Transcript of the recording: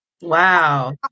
Wow